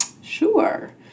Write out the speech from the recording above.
sure